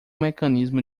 mecanismo